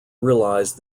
realized